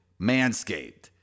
Manscaped